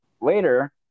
Later